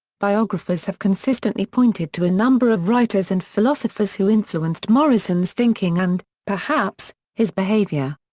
biographers have consistently pointed to a number of writers and philosophers who influenced morrison's thinking and, perhaps, his behavior.